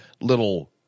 little